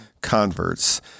converts